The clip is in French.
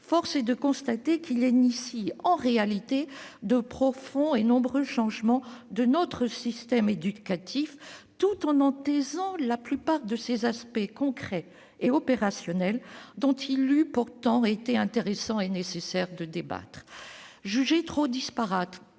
force est de constater qu'il engage, en réalité, de nombreux et profonds changements de notre système éducatif, tout en en taisant la plupart des aspects concrets et opérationnels, dont il eût pourtant été intéressant et nécessaire de débattre. Jugé trop disparate,